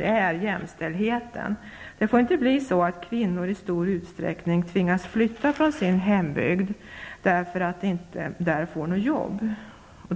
är jämställdheten. Det får inte bli så att kvinnor i stor utsträckning tvingas flytta från sin hemby därför att de inte får något jobb där.